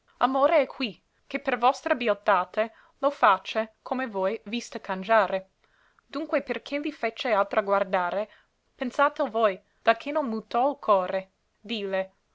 amore è qui che per vostra bieltate lo face come vol vista cangiare dunque perché li fece altra guardare pensatel voi da che non mutò l core dille